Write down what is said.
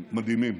הם מדהימים,